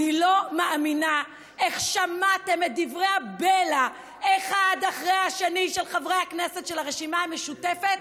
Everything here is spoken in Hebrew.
אני לא מאמינה איך שמעתם את דברי הבלע של חברי הכנסת של הרשימה המשותפת,